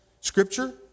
scripture